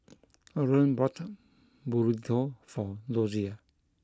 Loren bought Burrito for Dozier